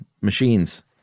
machines